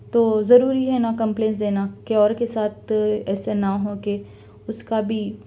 تو ضروری ہے نہ کمپلینس دینا کہ اور کے ساتھ ایسے نہ ہوں کہ اُس کا بھی